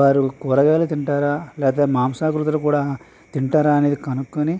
వారు కూరగాయలు తింటారా లేతే మాంసకృత్తులు కూడా తింటారా అనేది కనుక్కొని